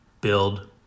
build